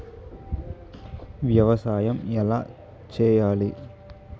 వ్యవసాయం ఎలా చేయాలి?